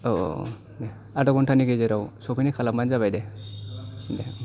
औ औ दे आधा घन्टानि गेजेराव सफैनाय खालामबानो जाबाय दे दे